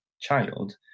child